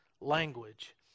language